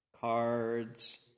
cards